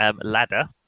ladder